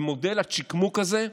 במודל הצ'יקמוק הזה,